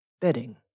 Bedding